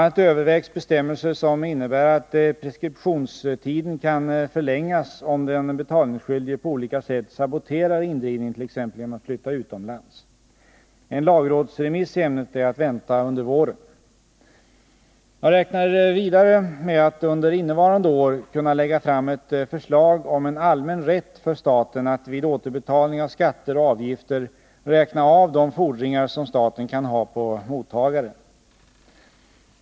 a. övervägs bestämmelser som innebär att preskriptionstiden kan förlängas om den betalningsskyldige på olika sätt saboterar indrivningen, t.ex. genom att att effektivisera indrivningen av obetalda skatter och avgifter flytta utomlands. En lagrådsremiss i ämnet är att vänta under våren. Jag räknar vidare med att under innevarande år kunna lägga fram ett förslag om en allmän rätt för staten att vid återbetalning av skatter och avgifter räkna av de fordringar som staten kan ha på mottagaren.